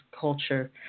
culture